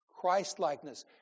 Christ-likeness